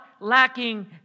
lacking